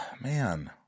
man